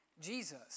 jesus